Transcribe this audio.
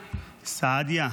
סעדיה,